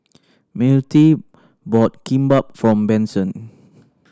Myrtie bought Kimbap for Benson